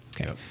Okay